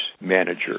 manager